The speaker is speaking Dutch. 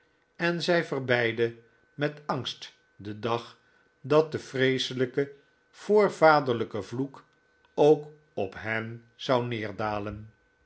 en zij verbeidde met angst den dag dat de vreeselijke voorvaderlijke vloek ook op hen zou